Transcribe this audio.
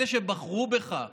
אלה שבחרו בך,